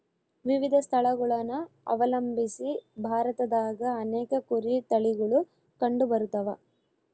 ವಿವಿಧ ಸ್ಥಳಗುಳನ ಅವಲಂಬಿಸಿ ಭಾರತದಾಗ ಅನೇಕ ಕುರಿ ತಳಿಗುಳು ಕಂಡುಬರತವ